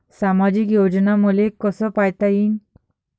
सामाजिक योजना मले कसा पायता येईन?